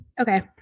Okay